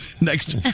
next